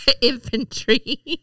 Infantry